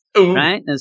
Right